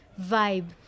vibe